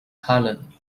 harlan